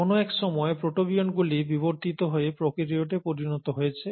কোন এক সময় প্রোটোবিয়ন্টগুলি বিবর্তিত হয়ে প্রোক্যারিওটে পরিণত হয়েছে